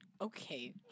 Okay